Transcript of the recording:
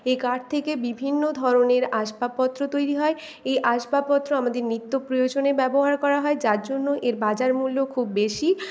এই কাঠ থেকে বিভিন্ন ধরণের আসবাবপত্র তৈরি হয় এই আসবাবপত্র আমাদের নিত্য প্রয়োজনে ব্যবহার করা হয় যার জন্য এর বাজার মূল্য খুব বেশী